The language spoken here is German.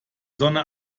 sonne